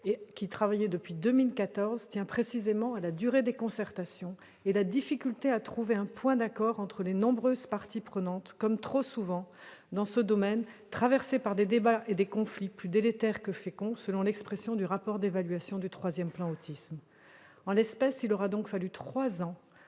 est travaillé depuis 2014, tient précisément à la durée des concertations et à la difficulté à trouver un point d'accord entre les nombreuses parties prenantes, comme trop souvent dans ce domaine, traversé par des débats et des conflits « plus délétères que féconds », selon l'expression du rapport d'évaluation du troisième plan Autisme. En l'espèce, il aura donc fallu trois ans